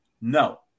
No